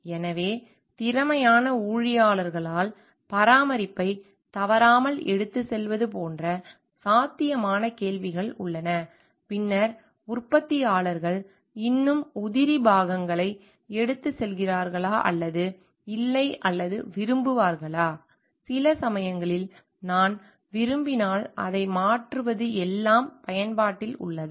எனவே திறமையான ஊழியர்களால் பராமரிப்பை தவறாமல் எடுத்துச் செல்வது போன்ற சாத்தியமான கேள்விகள் உள்ளன பின்னர் உற்பத்தியாளர்கள் இன்னும் உதிரி பாகங்களை எடுத்துச் செல்கிறார்களா அல்லது இல்லை அல்லது விரும்புவார்களா சில சமயங்களில் நான் விரும்பினால் அதை மாற்றுவது எல்லாம் பயன்பாட்டில் உள்ளதா